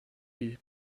viel